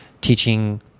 teaching